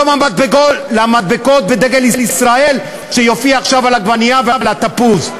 לא במדבקות ובדגל ישראל שיופיע עכשיו על העגבנייה ועל התפוז.